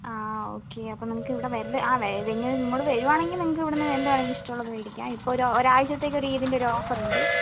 ആ ഓക്കെ അപ്പോൾ നിങ്ങൾക്ക് ഇവിടെ വരല് ആ വരല് ഇങ്ങനെ ഇങ്ങോട്ട് വരികയാണെങ്കിൽ നിങ്ങൾക്ക് ഇവിടെ നിന്ന് എന്തു വേണമെങ്കിലും ഇഷ്ടമുള്ളത് മേടിക്കാം ഇപ്പൊഴൊരു ഒരാഴ്ച്ചത്തേക്ക് ഒരു ഈദിനെ ഒരു ഓഫറുണ്ട്